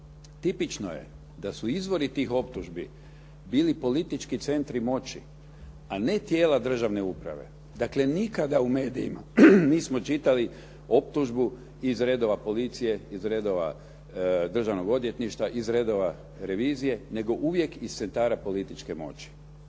Tipično je da su izvori tih optužbi bili politički centri moći, a ne tijela državna uprave. Dakle, nikada u medijima nismo čitali optužbu iz redova policije, iz redova Državnog odvjetništva, iz redova revizije, nego uvijek iz centara političke moći.